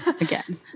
again